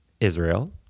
Israel